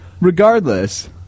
regardless